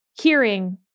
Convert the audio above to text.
hearing